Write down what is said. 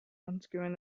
unscrewing